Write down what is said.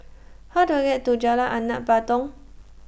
How Do I get to Jalan Anak Patong